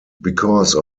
because